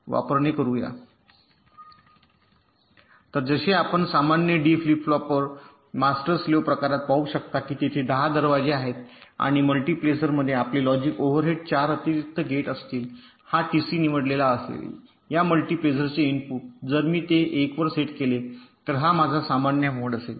तर जसे आपण सामान्य D flip flop master slave प्रकारात पाहू शकता की तेथे 10 दरवाजे आहेत आणि मल्टिप्लेसरमध्ये आपले लॉजिक ओव्हरहेड 4 अतिरिक्त गेट असतील आणि हा टीसी निवडलेला असेल या मल्टिप्लेसरचे इनपुट जर मी ते 1 वर सेट केले तर हा माझा सामान्य मोड असेल